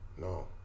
No